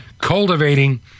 cultivating